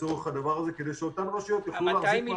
לצורך הדבר הזה כדי שאותן רשויות יוכלו להחזיק מעמד.